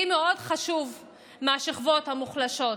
לי חשובות מאוד השכבות המוחלשות,